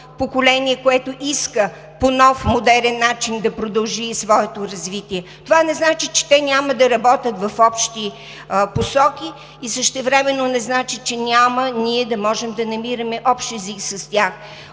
поколение, което иска по нов модерен начин да продължи своето развитие. Това не значи, че те няма да работят в общи посоки и същевременно не значи, че ние няма да можем да намираме общ език с тях.